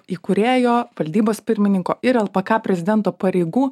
įkūrėjo valdybos pirmininko ir lpk prezidento pareigų